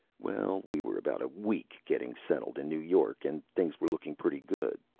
well, we were about a week getting settled in new york and things were looking pretty good.